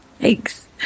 thanks